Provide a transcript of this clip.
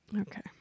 Okay